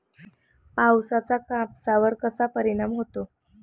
पावसाचा कापसावर कसा परिणाम होतो?